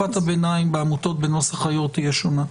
תקופת הביניים בעמותות בנוסח היו"ר תהיה שונה.